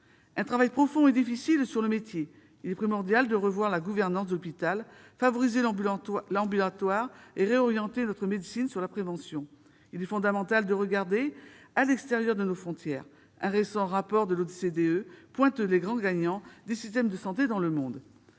Un ouvrage profond et difficile est sur le métier : il est primordial de revoir la gouvernance de l'hôpital, de favoriser l'ambulatoire et de réorienter notre médecine vers la prévention ; il est fondamental de regarder ce qui se pratique hors de nos frontières, un récent rapport de l'OCDE pointant les grands gagnants parmi les systèmes de santé dans le monde.